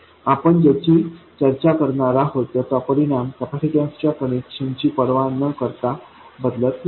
आपण ज्याची चर्चा करणार आहोत त्याचा परिणाम कपॅसिटरच्या कनेक्शनची पर्वा न करता बदलत नाही